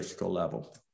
level